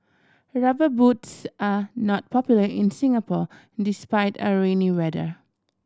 Rubber Boots are not popular in Singapore despite our rainy weather